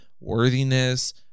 worthiness